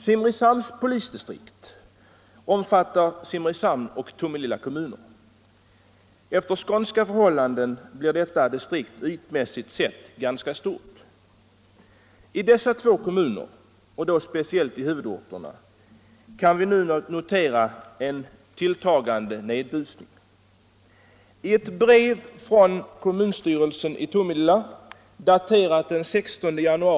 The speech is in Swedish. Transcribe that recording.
Simrishamns polisdistrikt omfattar Simrishamns och Tomelilla kommuner. Efter skånska förhållanden blir detta distrikt ytmässigt sett ganska stort. I dessa två kommuner — och då speciellt i huvudorterna — kan vi nu notera en tilltagande nedbusning.